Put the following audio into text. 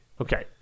Okay